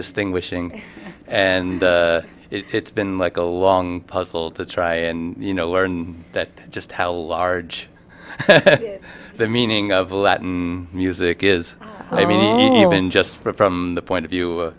distinguishing and it's been like a long puzzle to try and you know learn that just how large the meaning of a latin music is i mean even just from the point of view